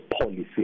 policy